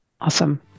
Awesome